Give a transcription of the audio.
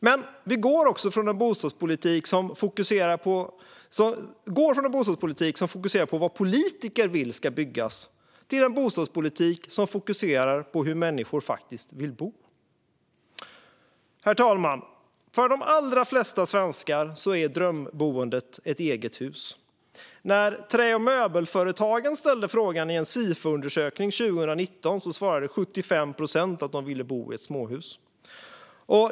Men vi går också från en bostadspolitik som fokuserar på vad politiker vill ska byggas till en bostadspolitik som fokuserar på hur människor faktiskt vill bo. Herr talman! För de allra flesta svenskar är drömboendet ett eget hus. När Trä och Möbelföretagen ställde frågan i en Sifoundersökning 2019 svarade 75 procent att de ville bo i ett småhus.